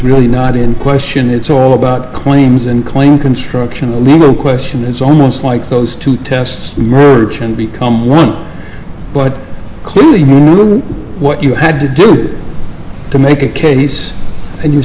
really not in question it's all about claims and claim construction a legal question it's almost like those two tests the merchant become one but clearly what you had to do to make a case and you